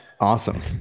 Awesome